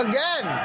Again